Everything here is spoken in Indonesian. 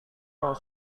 yang